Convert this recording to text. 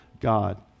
god